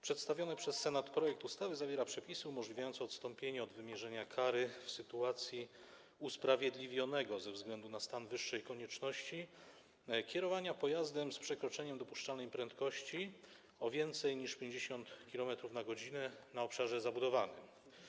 Przedstawiony przez Senat projekt ustawy zawiera przepisy umożliwiające odstąpienie od wymierzenia kary w sytuacji usprawiedliwionego ze względu na stan wyższej konieczności kierowania pojazdem z przekroczeniem dopuszczalnej prędkości o więcej niż 50 km/h na obszarze zabudowanym.